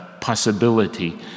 possibility